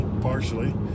partially